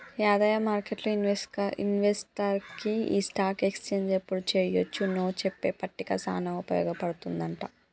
యాదయ్య మార్కెట్లు ఇన్వెస్టర్కి ఈ స్టాక్ ఎక్స్చేంజ్ ఎప్పుడు చెయ్యొచ్చు నో చెప్పే పట్టిక సానా ఉపయోగ పడుతుందంట